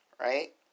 right